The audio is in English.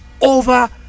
over